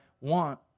want